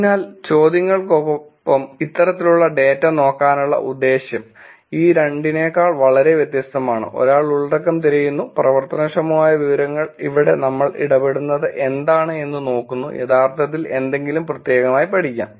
അതിനാൽ ചോദ്യങ്ങൾക്കൊപ്പം ഇത്തരത്തിലുള്ള ഡാറ്റ നോക്കാനുള്ള ഉദ്ദേശ്യം ഈ രണ്ടിനേക്കാൾ വളരെ വ്യത്യസ്തമാണ് ഒരാൾ ഉള്ളടക്കം തിരയുന്നു പ്രവർത്തനക്ഷമമായ വിവരങ്ങൾ ഇവിടെ നമ്മൾ ഇടപെടുന്നത് എന്താണ് എന്ന് നോക്കുന്നു യഥാർത്ഥത്തിൽ എന്തെങ്കിലും പ്രത്യേകമായി പഠിക്കാം